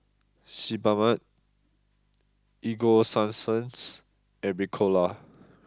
Sebamed Ego sunsense and Ricola